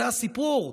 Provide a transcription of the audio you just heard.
זה הסיפור?